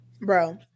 bro